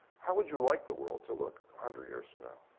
how would you like the world to look a hundred years from now?